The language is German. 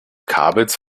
kabels